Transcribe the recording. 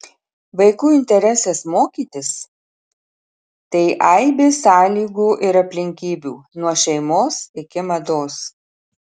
vaikų interesas mokytis tai aibė sąlygų ir aplinkybių nuo šeimos iki mados